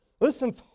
listen